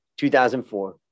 2004